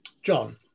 John